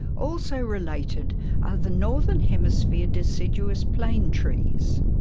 also related are the northern hemisphere deciduous plane trees.